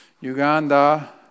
Uganda